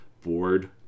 board